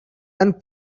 and